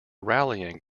rallying